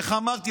איך אמרתי?